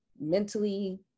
mentally